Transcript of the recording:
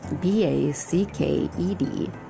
B-A-C-K-E-D